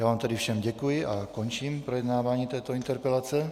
Já vám tedy všem děkuji a končím projednávání této interpelace.